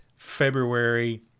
february